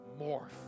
morph